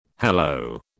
hello